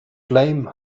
flame